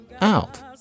out